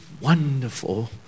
wonderful